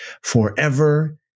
forever